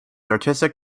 artistic